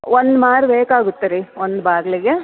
ಒಂದು ಮಾರು ಬೇಕಾಗುತ್ತೆ ರೀ ಒಂದು ಬಾಗಿಲಿಗೆ